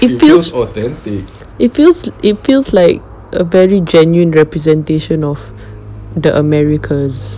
it feels it feels it feels like a very genuine representation of the americas